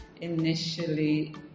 initially